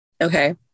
Okay